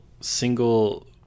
single